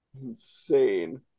Insane